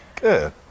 Good